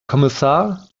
kommissar